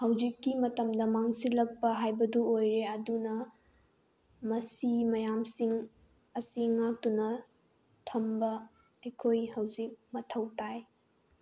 ꯍꯧꯖꯤꯛꯀꯤ ꯃꯇꯝꯗ ꯃꯥꯡꯁꯤꯜꯂꯛꯄ ꯍꯥꯏꯕꯗꯨ ꯑꯣꯏꯔꯦ ꯑꯗꯨꯅ ꯃꯁꯤ ꯃꯌꯥꯝꯁꯤꯡ ꯑꯁꯤ ꯉꯥꯛꯇꯨꯅ ꯊꯝꯕ ꯑꯩꯈꯣꯏ ꯍꯧꯖꯤꯛ ꯃꯊꯧ ꯇꯥꯏ